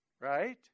right